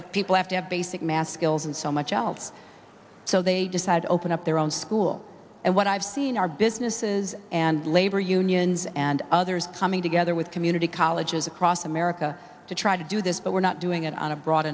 but people have to have basic math skills and so much else so they decide to open up their own school and what i've seen are businesses and labor unions and others coming together with community colleges across america to try to do this but we're not doing it on a broad